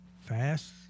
Fast